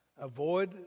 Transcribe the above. Avoid